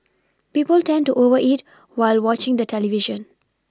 people tend to over eat while watching the television